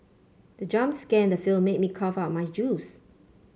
the jump scare in the film made me cough out my juice